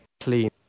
clean